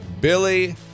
Billy